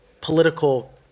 political